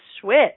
switch